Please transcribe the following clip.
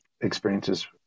experiences